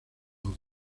dos